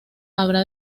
habrá